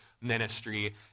ministry